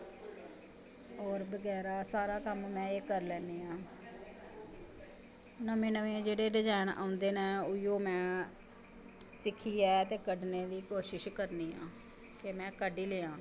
और बगैरा सारा कम्म में एह् करी लैन्नी आं नमें नमें जेह्ड़े डज़ैन जेह्ड़े औंदे नै ओही में सिक्खनी आं ते कड् दी कोशिश में करनी आं कि में कड्ढी लेआं